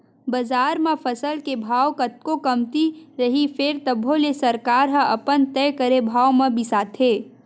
बजार म फसल के भाव कतको कमती रइही फेर तभो ले सरकार ह अपन तय करे भाव म बिसाथे